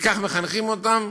וכך מחנכים אותם,